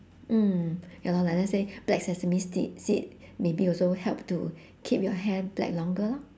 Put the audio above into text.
mm ya lor like let's say black sesame see~ seed maybe also help to keep your hair black longer lor